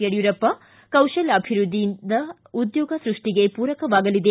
ಯಡಿಯೂರಪ್ಪ ಕೌಶಲ್ಲಾಭಿವೃದ್ದಿಯಿಂದ ಉದ್ಯೋಗ ಸೃಷ್ಷಿಗೆ ಪೂರಕವಾಗಲಿದೆ